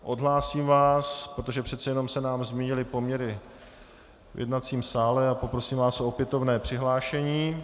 Odhlásím vás, protože přece jenom se nám změnily poměry v jednacím sále, a poprosím vás o opětovné přihlášení.